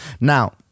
Now